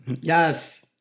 Yes